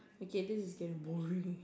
okay this is getting boring